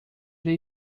they